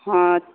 हँ